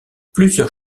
plusieurs